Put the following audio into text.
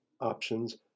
options